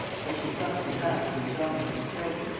but she thrust him back with indomitable strength,